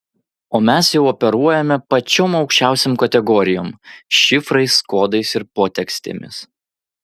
o mes jau operuojame pačiom aukščiausiom kategorijom šifrais kodais ir potekstėmis